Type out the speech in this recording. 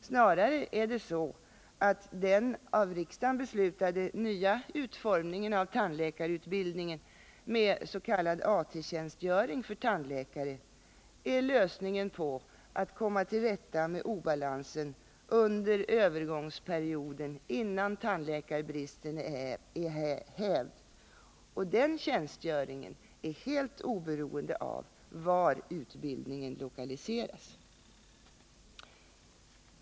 Snarare är det så att den av riksdagen beslutade nya utformningen av tandläkarutbildningen med s.k. AT-tjänstgöring för tandläkare är lösningen när det gäller att komma till rätta med obalansen under övergångsperioden innan tandläkarbristen är hävd, och den tjänstgöringen är helt oberoende av var utbildningen lokaliseras.